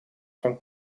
van